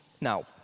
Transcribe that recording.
Now